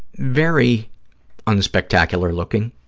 very unspectacular-looking,